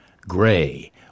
gray